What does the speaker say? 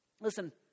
Listen